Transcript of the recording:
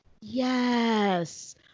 Yes